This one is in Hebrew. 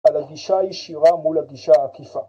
‫על הגישה הישירה מול הגישה העקיפה.